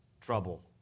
trouble